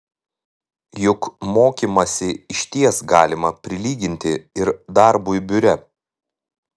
juk mokymąsi išties galima prilyginti ir darbui biure